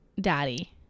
daddy